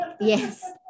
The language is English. yes